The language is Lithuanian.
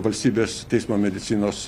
valstybės teismo medicinos